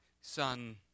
son